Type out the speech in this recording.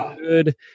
good